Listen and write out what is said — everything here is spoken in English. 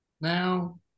now